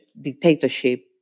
dictatorship